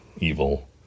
evil